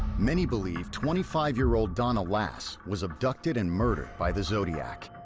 many believe twenty five year old donna lass was abducted and murdered by the zodiac.